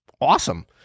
awesome